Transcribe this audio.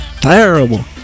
terrible